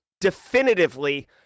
definitively